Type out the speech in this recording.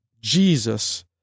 Jesus